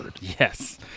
Yes